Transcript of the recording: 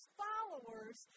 followers